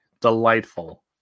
delightful